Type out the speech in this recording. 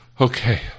okay